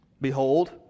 behold